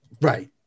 Right